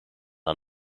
aan